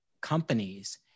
companies